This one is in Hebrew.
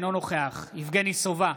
אינו נוכח יבגני סובה,